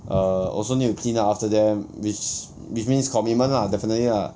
err also need to clean up after them which which means commitment lah definitely lah